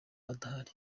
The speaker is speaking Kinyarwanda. adahari